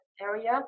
area